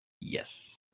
Yes